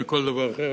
בריאות ורווחה (הוראת שעה).